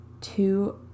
two